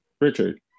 richard